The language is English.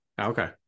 Okay